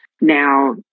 Now